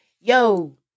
yo